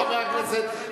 חבר הכנסת,